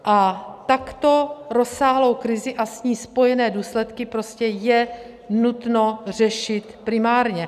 A takto rozsáhlou krizi a s ní spojené důsledky je prostě nutno řešit primárně.